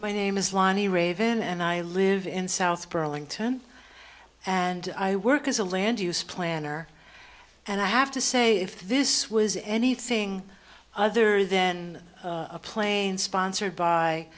my name is lonnie raven and i live in south burlington and i work as a land use planner and i have to say if this was anything other than a plane sponsored by